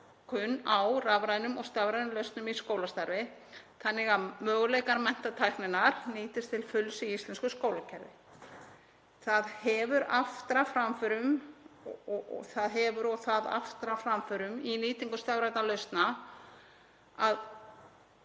notkun á rafrænum og stafrænum lausnum í skólastarfi þannig að möguleikar menntatækninnar nýtist til fulls í íslensku skólakerfi. Það hefur aftrað framförum í nýtingu stafrænna lausna í